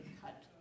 cut